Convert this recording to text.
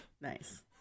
Nice